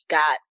got